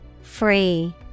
free